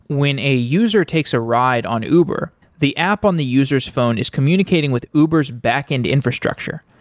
when a user takes a ride on uber, the app on the user s phone is communicating with uber s back-end infrastructure,